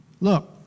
Look